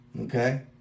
Okay